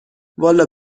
والا